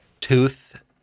tooth